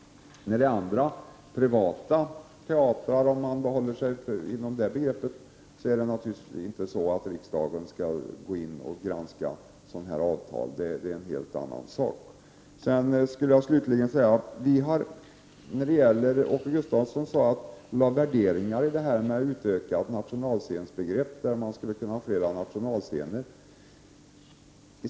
När det gäller privata teatrar — för att hålla sig till det begreppet — skall riksdagen naturligtvis inte gå in och granska sådana avtal. Det är en helt annan sak. Åke Gustavsson anlade värderingar på tanken på ett utökat nationalscensbegrepp, som innebär att man skulle kunna ha flera nationalscener.